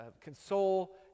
console